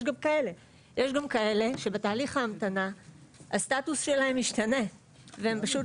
יש גם כאלה שבתהליך ההמתנה הסטטוס שלהם משתנה והם פשוט